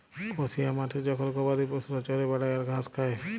কসিয়া মাঠে জখল গবাদি পশুরা চরে বেড়ায় আর ঘাস খায়